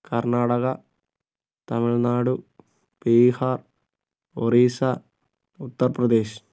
Karnataka Tamil Nadu Bihar Orissa Uttar Pradesh